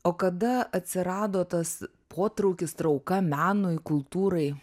o kada atsirado tas potraukis trauka menui kultūrai